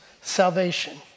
salvation